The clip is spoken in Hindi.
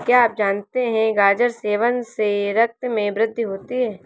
क्या आप जानते है गाजर सेवन से रक्त में वृद्धि होती है?